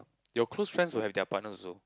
your close friends will have their partners also